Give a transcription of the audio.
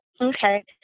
okay